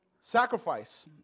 Sacrifice